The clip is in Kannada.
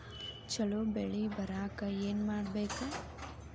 ಛಲೋ ಬೆಳಿ ಬರಾಕ ಏನ್ ಮಾಡ್ಬೇಕ್?